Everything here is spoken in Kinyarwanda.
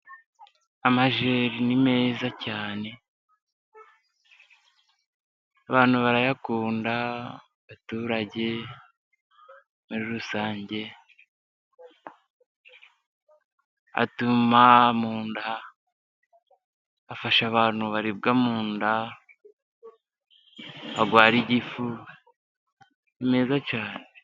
Amajeri ni meza cyane abantu barayakunda, abaturage muri rusange. Atuma mu nda afasha abantu baribwa mu nda, badwara igifu, ni meza cyane.